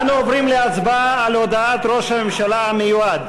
אנו עוברים להצבעה על הודעת ראש הממשלה המיועד.